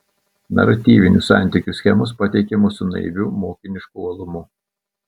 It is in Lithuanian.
naratyvinių santykių schemos pateikiamos su naiviu mokinišku uolumu